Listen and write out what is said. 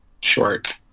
short